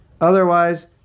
otherwise